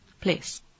place